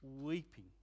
weeping